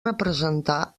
representar